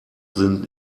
sind